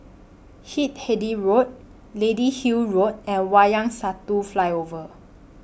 Hindhede Road Lady Hill Road and Wayang Satu Flyover